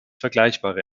vergleichbare